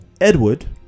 Edward